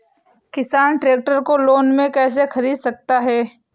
किसान ट्रैक्टर को लोन में कैसे ख़रीद सकता है?